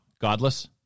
Godless